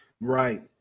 Right